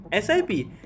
SIP